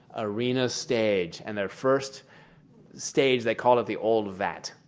arena stage, and their first stage, they call it the old vat,